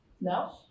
No